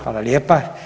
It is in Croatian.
Hvala lijepa.